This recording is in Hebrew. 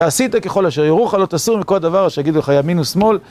ועשית ככל אשר יורוך, לא תסור מכל דבר אשר יגידו לך ימין ושמאל